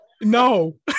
No